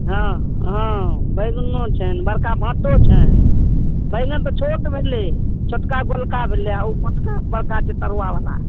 हाँ हाँ बैगनो छनि बड़का भट्टो छनि बैगन तऽ छोट भेलै छोटका गोलका भेलै आओर ओ मोटका बड़का छै तरुआवला